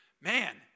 Man